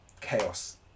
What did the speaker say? chaos